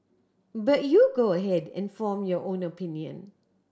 but you go ahead and form your own opinion